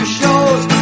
shows